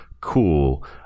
cool